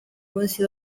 munsi